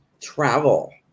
travel